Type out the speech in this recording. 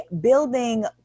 building